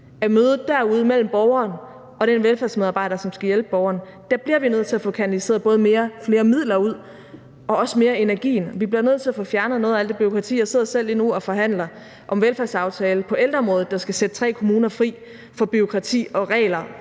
derude mellem borgeren og den velfærdsmedarbejder, som skal hjælpe borgeren. Der bliver vi nødt til at få kanaliseret både flere midler ud og også mere af energien. Vi bliver nødt til at få fjernet noget af alt det bureaukrati. Jeg sidder selv lige nu og forhandler om en velfærdsaftale på ældreområdet, der skal sætte tre kommuner fri fra bureaukrati og regler